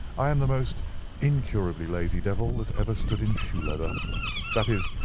i am the most incurably lazy devil that ever stood in shoe leather that is,